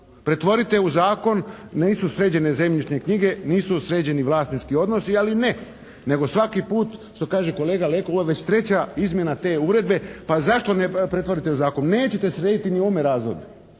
Pretvorite u zakon. Nisu sređene zemljišne knjige, nisu sređeni vlasnički odnosi ali ne, nego svaki put kao što kaže kolega Leko, ovo je već 23. izmjena te uredbe pa zašto je ne pretvorite u zakon? Nećete srediti ni u ovome razdoblju.